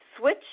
switch